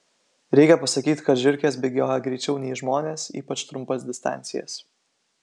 reikia pasakyti kad žiurkės bėgioja greičiau nei žmonės ypač trumpas distancijas